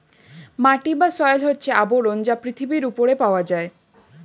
মাটি বা সয়েল হচ্ছে আবরণ যা পৃথিবীর উপরে পাওয়া যায়